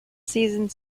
seasoned